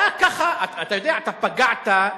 אתה יודע, אתה פגעת,